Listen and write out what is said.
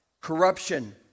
Corruption